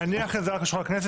להניח את זה על שולחן הכנסת,